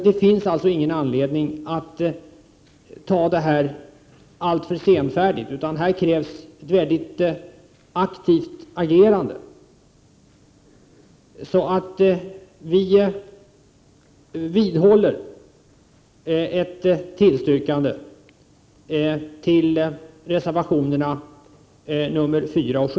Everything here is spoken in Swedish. Det finns ingen anledning att vara alltför senfärdig utan det krävs ett mycket aktivt agerande. Vi vidhåller vårt tillstyrkande av reservationerna 4 och 7.